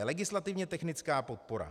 Legislativně technické podpora .